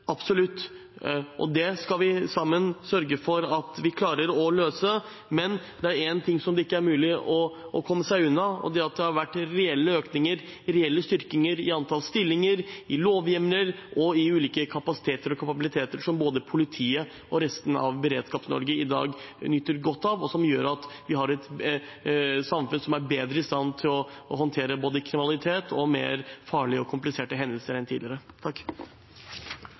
Absolutt. Det skal vi sammen sørge for at vi klarer å løse, men det er én ting som det ikke er mulig å komme unna, og det er at det har vært reelle økninger og reelle styrkninger i antall stillinger, i lovhjemler og i ulike kapasiteter og kapabiliteter, noe både politiet og resten av Beredskaps-Norge i dag nyter godt av, og som gjør at vi har et samfunn som er bedre i stand til å håndtere både kriminalitet og farligere og mer kompliserte hendelser enn tidligere.